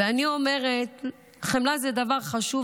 ואני אומרת שחמלה זה דבר חשוב,